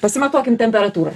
pasimatuokim temperatūrą